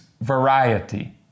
variety